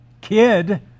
kid